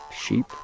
sheep